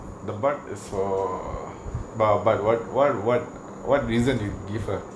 the but is for err but but what what what what reason to give her